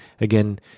again